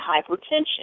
hypertension